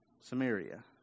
Samaria